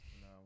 No